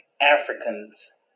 Africans